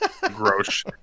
gross